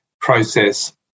process